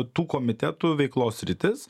tų komitetų veiklos sritis